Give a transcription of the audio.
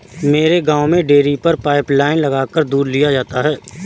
मेरे गांव में डेरी पर पाइप लाइने लगाकर दूध लिया जाता है